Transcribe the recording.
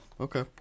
Okay